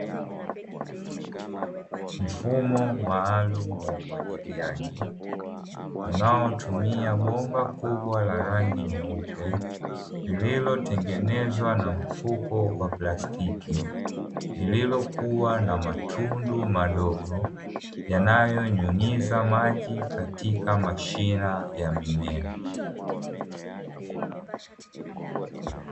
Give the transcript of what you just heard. Mfumo maalumu wa umwagiliaji unaotumia bomba kubwa la rangi nyeupe lililotengenezwa na mfuko wa plastiki, lililokuwa na matundu madogo yanayonyunyiza maji katika mashina ya mimea.